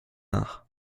nach